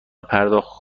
پرداخت